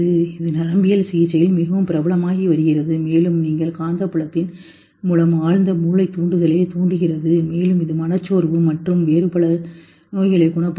இது நரம்பியல் சிகிச்சையில் மிகவும் பிரபலமாகி வருகிறது மேலும் நீங்கள் காந்தப்புலத்தின் மூலம் ஆழ்ந்த மூளை தூண்டுதலைத் தூண்டுகிறது மேலும் இது மனச்சோர்வு மற்றும் வேறு சில நோய்களைக் குணப்படுத்தும்